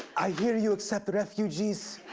i hear you accept refugees.